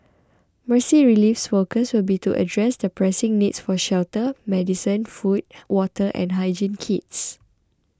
Mercy Relief's focus will be to address the pressing needs for shelter medicine food water and hygiene kits